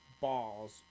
balls